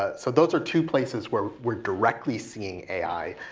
ah so those are two places where we're directly seeing ai.